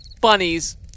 Bunnies